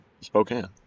spokane